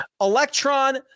Electron